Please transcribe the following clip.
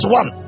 one